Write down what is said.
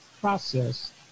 process